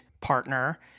Partner